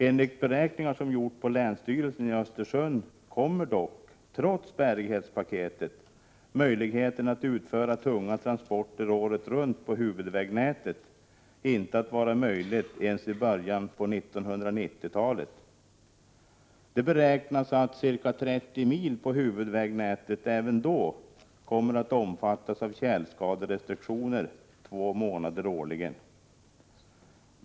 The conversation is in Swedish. Enligt beräkningar som gjorts på länsstyrelsen i Östersund kommer dock, trots bärighetspaketet, möjlighet att utföra tunga transporter året runt på huvudvägnätet inte att finnas ens i början av 1990-talet. Det beräknas att ca 30 mil på huvudvägnätet även då kommer att omfattas av tjälskaderestriktioner två månader årligen.